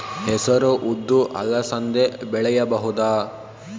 ಹೆಸರು ಉದ್ದು ಅಲಸಂದೆ ಬೆಳೆಯಬಹುದಾ?